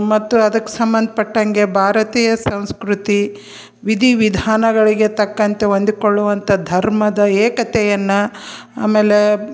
ಮತ್ತು ಅದಕ್ಕೆ ಸಂಬಂಧಪಟ್ಟಂಗೆ ಭಾರತೀಯ ಸಂಸ್ಕೃತಿ ವಿಧಿ ವಿಧಾನಗಳಿಗೆ ತಕ್ಕಂತೆ ಹೊಂದಿಕೊಳ್ಳುವಂಥ ಧರ್ಮದ ಏಕತೆಯನ್ನು ಆಮೇಲೆ